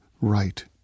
right